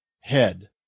head